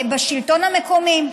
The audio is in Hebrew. בשלטון המקומי,